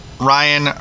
Ryan